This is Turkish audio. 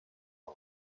var